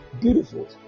beautiful